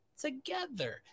together